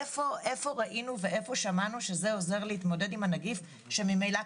איפה ראינו ושמענו שזה עוזר להתמודד עם הנגיף שממילא,